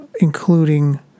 including